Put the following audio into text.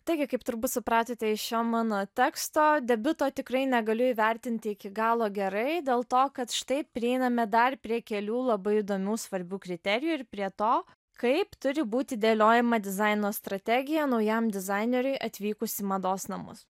taigi kaip turbūt supratote iš šio mano teksto debiuto tikrai negaliu įvertinti iki galo gerai dėl to kad štai prieiname dar prie kelių labai įdomių svarbių kriterijų ir prie to kaip turi būti dėliojama dizaino strategija naujam dizaineriui atvykus į mados namus